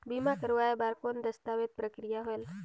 बीमा करवाय बार कौन दस्तावेज प्रक्रिया होएल?